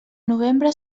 novembre